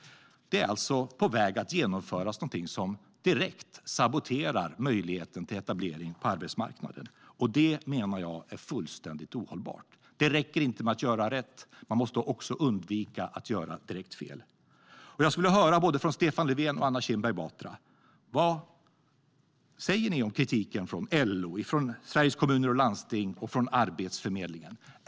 Man är alltså på väg att genomföra någonting som direkt saboterar möjligheten till etablering på arbetsmarknaden, och det menar jag är fullständigt ohållbart. Det räcker inte med att göra rätt. Man måste också undvika att göra direkt fel. Jag skulle vilja höra från både Stefan Löfven och Anna Kinberg Batra vad de säger om kritiken från LO, Sveriges Kommuner och Landsting och Arbetsförmedlingen.